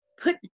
put